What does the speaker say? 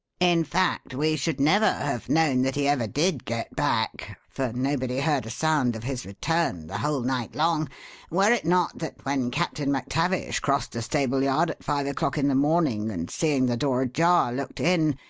in fact, we should never have known that he ever did get back for nobody heard a sound of his return the whole night long were it not that when captain mactavish crossed the stable-yard at five o'clock in the morning and, seeing the door ajar, looked in,